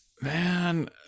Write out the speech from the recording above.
Man